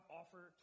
offer